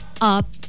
up